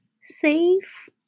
safe